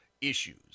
issues